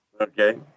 okay